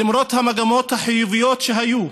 למרות המגמות החיוביות שהיו,